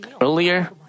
earlier